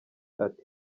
ati